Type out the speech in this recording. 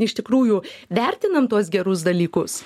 iš tikrųjų vertinam tuos gerus dalykus